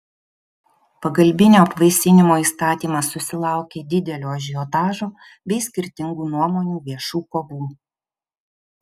pagalbinio apvaisinimo įstatymas susilaukė didelio ažiotažo bei skirtingų nuomonių viešų kovų